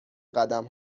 قدم